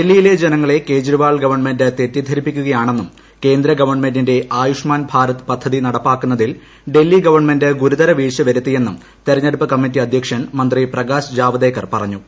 ഡൽഹിയിലെ തെറ്റിദ്ധരിപ്പിക്കുകയാണെന്നും കേന്ദ്ര ഗവൺമെന്റിന്റെ ആയുഷ്മാൻ ഭാരത് പദ്ധതി നടപ്പാക്കുന്നതിൽ ഡൽഹി ഗവൺമെന്റ് ഗുരുതര വീഴ്ച വരുത്തിയെന്നും തെരഞ്ഞെടുപ്പ് കമ്മിറ്റി അധ്യക്ഷൻ മന്ത്രി പ്രകാശ് ജാവ്ദേക്കർ പറഞ്ഞു